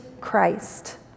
Christ